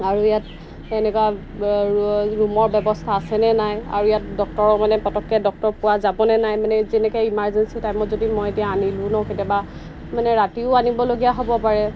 আৰু ইয়াত এনেকুৱা ৰুমৰ ব্যৱস্থা আছেনে নাই আৰু ইয়াত ডক্টৰৰ মানে পতককৈ ডক্টৰ পোৱা যাবনে নাই মানে যেনেকৈ ইমাৰ্জেঞ্চি টাইমত যদি মই এতিয়া আনিলোঁ ন কেতিয়াবা মানে ৰাতিও আনিবলগীয়া হ'ব পাৰে